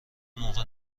موقع